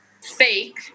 fake